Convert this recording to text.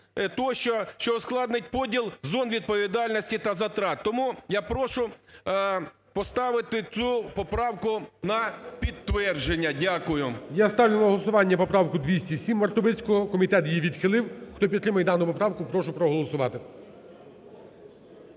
що ускладнить поділ зон відповідальності та затрат. Тому я прошу поставити цю поправку на підтвердження. Дякую. ГОЛОВУЮЧИЙ. Я ставлю на голосування поправку 207 Мартовицького, комітет її відхилив. Хто підтримує дану поправку, прошу проголосувати.